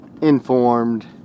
informed